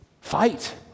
Fight